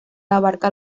abarca